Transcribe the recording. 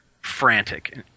frantic